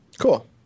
cool